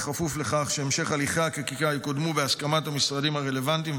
בכפוף לכך שבהמשך הליכי החקיקה יקודמו בהסכמת המשרדים הרלוונטיים,